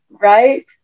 right